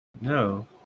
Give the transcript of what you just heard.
No